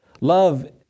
Love